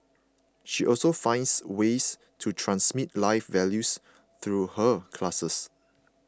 she also finds ways to transmit life values through her classes